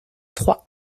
trois